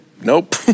nope